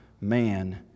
man